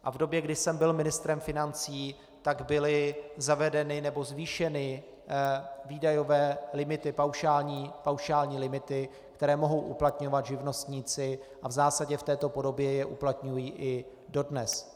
V době, kdy jsem byl ministrem financí, byly zavedeny nebo zvýšeny výdajové limity, paušální limity, které mohou uplatňovat živnostníci, a v zásadě v této podobě je uplatňují i dodnes.